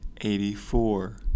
Eighty-four